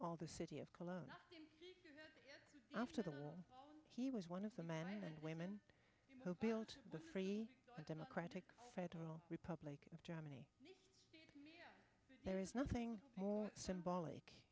all the city of cologne after the war he was one of the men and women who built for you a democratic federal republic of germany there is nothing more symbolic